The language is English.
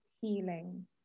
healing